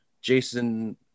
Jason